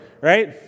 right